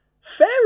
fair